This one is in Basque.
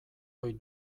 ohi